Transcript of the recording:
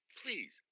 please